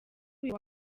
uyu